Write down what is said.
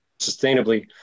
sustainably